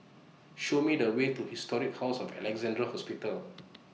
Show Me The Way to Historic House of Alexandra Hospital